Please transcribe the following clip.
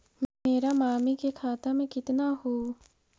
मेरा मामी के खाता में कितना हूउ?